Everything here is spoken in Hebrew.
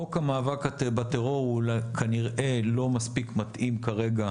חוק המאבק בטרור הוא כנראה לא מספיק מתאים כרגע